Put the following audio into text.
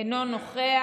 אינו נוכח.